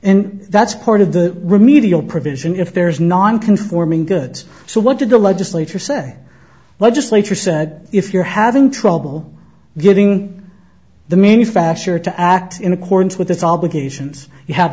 and that's part of the remedial provision if there is nonconforming goods so what did the legislature say legislature said if you're having trouble getting the manufacturer to act in accordance with its obligations you have